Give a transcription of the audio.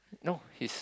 no he's